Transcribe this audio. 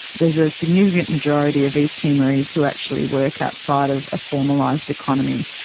there is a significant majority of east timorese who actually work outside of a formalised economy.